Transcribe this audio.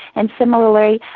and similarly,